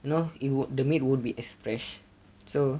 you know it would the meat would be as fresh so